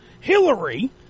Hillary